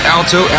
Alto